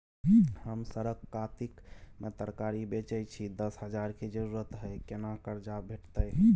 हम सरक कातिक में तरकारी बेचै छी, दस हजार के जरूरत हय केना कर्जा भेटतै?